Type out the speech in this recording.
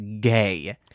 gay